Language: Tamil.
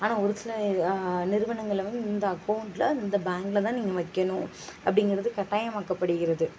ஆனால் ஒரு சில நிறுவனங்களில் வந்து இந்த அகௌண்ட்டில் இந்த பேங்க்கில் தான் நீங்கள் வைக்கணும் அப்படின்கிறது கட்டாயமாக்கப்படுகிறது